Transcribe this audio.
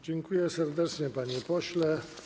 Dziękuję serdecznie, panie pośle.